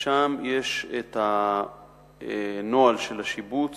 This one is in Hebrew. ושם יש הנוהל של השיבוץ,